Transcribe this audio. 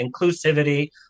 inclusivity